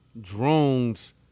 drones